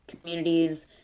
communities